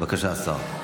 בבקשה, השר.